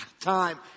time